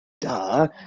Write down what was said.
duh